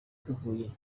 duhuye